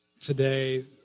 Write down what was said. today